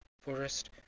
forest